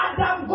Adam